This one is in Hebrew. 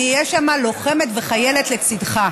אני אהיה שם לוחמת וחיילת לצידך.